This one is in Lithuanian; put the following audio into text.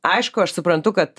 aišku aš suprantu kad